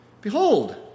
Behold